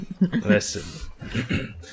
Listen